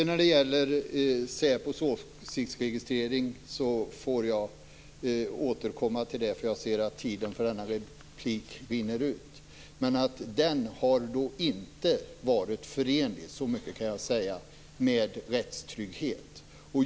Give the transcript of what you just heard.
När det gäller säpos åsiktsregistrering kan jag säga så mycket som att den inte har varit förenlig med rättstrygghet.